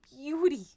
beauty